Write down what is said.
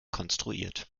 konstruiert